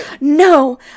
no